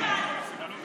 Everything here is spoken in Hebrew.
שיפסיקו להאשים אותנו.